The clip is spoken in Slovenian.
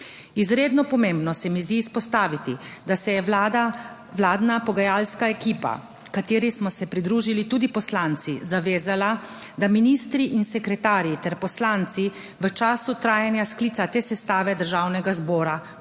Izredno pomembno se mi zdi izpostaviti, da se je Vlada, vladna pogajalska ekipa, kateri smo se pridružili tudi poslanci, zavezala, da ministri in sekretarji ter poslanci v času trajanja sklica te sestave Državnega zbora ne